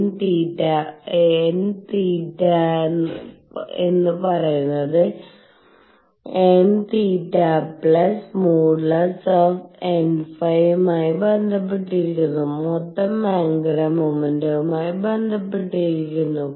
nθ എന്നത് nθ|nϕ| മായി ബന്ധപ്പെട്ടിരിക്കുന്നു മൊത്തം ആന്ഗുലർ മോമെന്റവുമായി ബന്ധപ്പെട്ടിരിക്കുന്നു